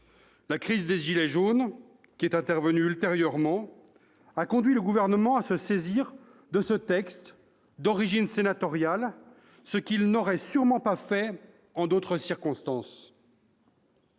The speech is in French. La crise des « gilets jaunes », ultérieure, a conduit le Gouvernement à se saisir de ce texte d'origine sénatoriale, ce qu'il n'aurait sûrement pas fait en d'autres circonstances.